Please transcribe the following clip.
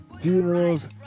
funerals